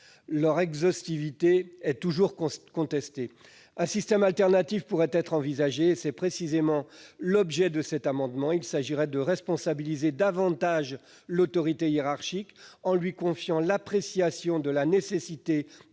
leur exhaustivité étant toujours contestée. Un système alternatif pourrait être envisagé. Tel est précisément l'objet de cet amendement, qui vise à responsabiliser davantage l'autorité hiérarchique en lui confiant le soin d'apprécier